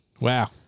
wow